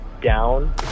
down